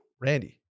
Randy